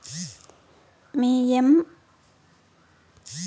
మీ EMI మీ loan మొత్తం ఖర్చు లెక్కేసేదానికి సహాయ పడతాది